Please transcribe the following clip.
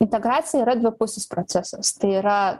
integracija yra dvipusis procesas tai yra